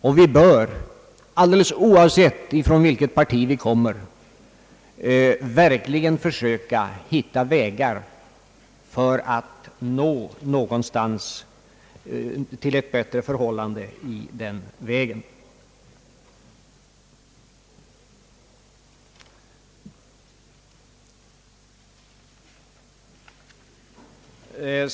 Och vi bör — alldeles oavsett från vilket parti vi kommer — verkligen försöka hitta vägar att nå ett bättre förhållande i detta avseende.